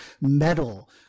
metal